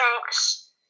thanks